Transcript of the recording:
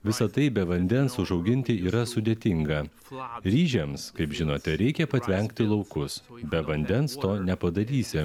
visa tai be vandens užauginti yra sudėtinga ryžiams kaip žinote reikia patvenkti laukus be vandens to nepadarysi